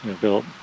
built